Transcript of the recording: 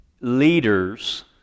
leaders